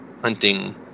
hunting